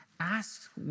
Ask